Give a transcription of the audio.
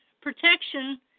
protection